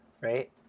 right